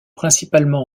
principalement